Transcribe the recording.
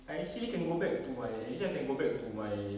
I actually can go back to my actually I can go back to my